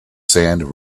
sand